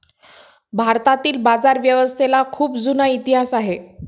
भारतातील बाजारव्यवस्थेला खूप जुना इतिहास आहे